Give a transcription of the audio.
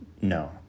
No